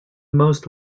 most